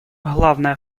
главная